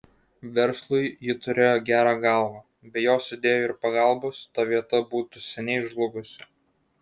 verslui ji turėjo gerą galvą be jos idėjų ir pagalbos ta vieta būtų seniai žlugusi